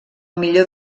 millor